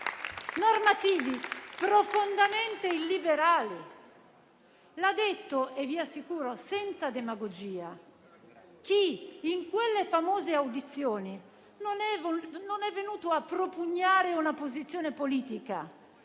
normativi profondamente illiberali. L'ha detto - vi assicuro, senza demagogia - chi in quelle famose audizioni non è venuto a propugnare una posizione politica,